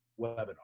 webinar